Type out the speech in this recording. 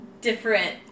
Different